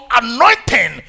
anointing